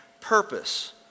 Purpose